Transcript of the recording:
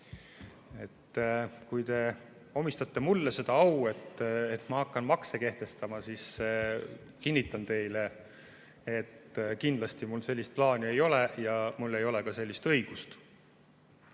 Kui te omistate mulle seda au, et ma hakkan makse kehtestama, siis kinnitan teile, et kindlasti mul sellist plaani ei ole ja mul ei ole ka sellist õigust.